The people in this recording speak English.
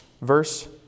verse